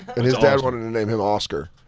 and his dad wanted to name him oscar.